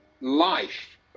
life